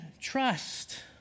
trust